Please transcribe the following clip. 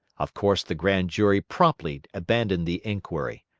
of course the grand jury promptly abandoned the inquiry.